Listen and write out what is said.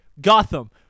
gotham